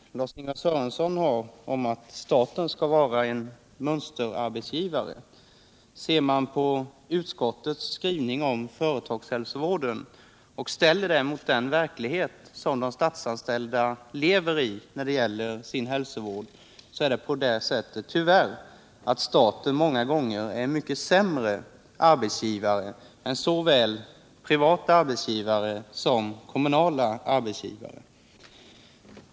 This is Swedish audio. Herr talman! Tillsammans med några kamrater har jag i anslutning till arbetsmarknadsutskottets betänkande motionerat om den statliga företagshälsovården. Jag har i och för sig samma önskemål som Lars-Ingvar Sörenson har om att staten skall vara en mönsterarbetsgivare. Ser man på utskottets skrivning om företagshälsovård och ställer den mot den verklighet som de statsanställda lever i när det gäller hälsovården är det tyvärr på det sättet att staten många gånger är en mycket sämre arbetsgivare än såväl privata som kommunala arbetsgivare.